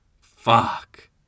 Fuck